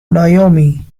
naomi